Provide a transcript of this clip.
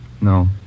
No